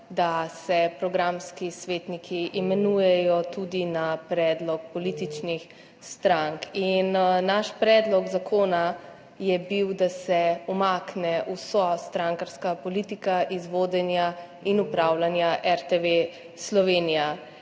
da se programski svetniki imenujejo tudi na predlog političnih strank. Naš predlog zakona je bil, da se umakne vsa strankarska politika iz vodenja in upravljanja RTV Slovenija.